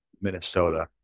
Minnesota